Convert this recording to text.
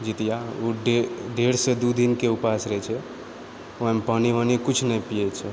जितिया ओ डेढ से दू दिनके उपास रहैत छै ओएह पानी वानी किछु नहि पिऐ छै